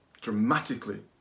dramatically